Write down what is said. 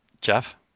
Jeff